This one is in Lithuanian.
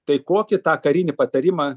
tai kokį tą karinį patarimą